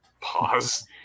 pause